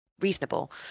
reasonable